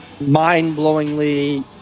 mind-blowingly